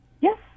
Yes